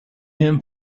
him